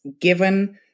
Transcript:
given